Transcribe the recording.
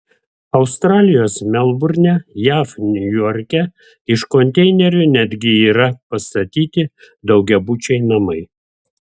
australijos melburne jav niujorke iš konteinerių netgi yra pastatyti daugiabučiai namai